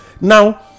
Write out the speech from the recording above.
now